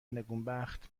نگونبخت